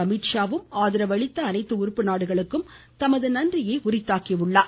அமித்ஷாவும ஆதரவு அளித்த அனைத்து உறுப்பு நாடுகளுக்கும் தமது நன்றியை உரித்தாக்கியுள்ளார்